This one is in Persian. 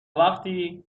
وقتی